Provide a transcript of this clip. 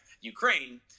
Ukraine